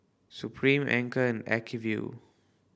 Supreme Anchor and Acuvue